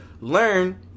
learn